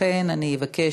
לכן אני אבקש,